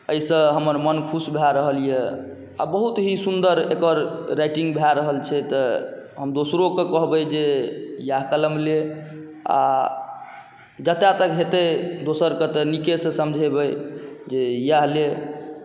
एहिसँ हमर मोन खुश भऽ रहल अइ आओर बहुत ही सुन्दर एकर राइटिङ्ग भऽ रहल छै तऽ हम दोसरोके कहबै जे इएह कलम ले आओर जतऽ तक हेतै दोसरके तऽ नीकेसँ समझेबै जे इएह ले